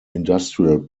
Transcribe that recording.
industrial